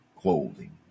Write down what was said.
clothing